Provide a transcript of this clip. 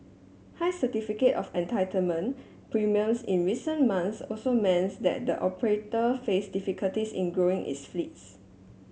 high Certificate of Entitlement premiums in recent months also means that the operator face difficulties in growing its fleets